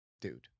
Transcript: Dude